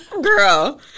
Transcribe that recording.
girl